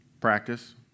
Practice